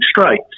straight